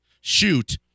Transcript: shoot